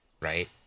right